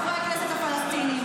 חברי הכנסת הפלסטינים,